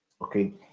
okay